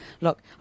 look